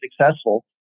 successful